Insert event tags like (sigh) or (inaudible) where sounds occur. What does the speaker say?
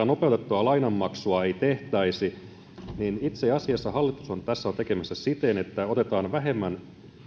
(unintelligible) nopeutettua lainanmaksua ei tehtäisi itse asiassa hallitus on tässä tekemässä siten että otetaan vähemmän